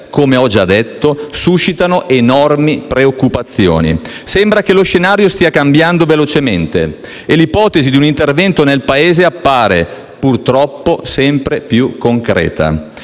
come ho già detto, suscitano enormi preoccupazioni. Sembra che lo scenario stia cambiando velocemente e l’ipotesi di un intervento nel Paese appare, purtroppo, sempre più concreta.